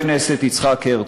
בחבר הכנסת יצחק הרצוג.